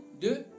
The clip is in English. de